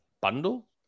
bundle